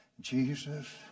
Jesus